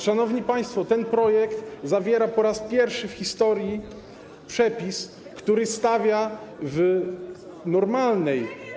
Szanowni państwo, ten projekt zawiera po raz pierwszy w historii przepis, który stawia w normalnej.